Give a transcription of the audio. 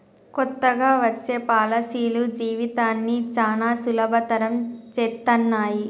కొత్తగా వచ్చే పాలసీలు జీవితాన్ని చానా సులభతరం చేత్తన్నయి